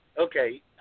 okay